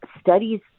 studies